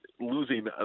losing